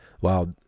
Wow